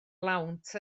lawnt